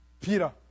Peter